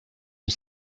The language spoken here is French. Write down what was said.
une